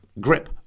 grip